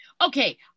Okay